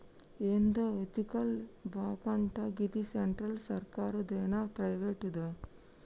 ఏందో ఎతికల్ బాంకటా, గిది సెంట్రల్ సర్కారుదేనా, ప్రైవేటుదా